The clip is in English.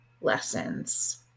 lessons